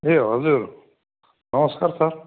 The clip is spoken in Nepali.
ए हजुर नमस्कार सर